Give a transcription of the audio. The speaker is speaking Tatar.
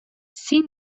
син